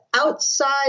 outside